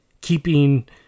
keeping